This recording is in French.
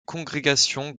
congrégations